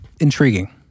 intriguing